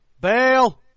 Bail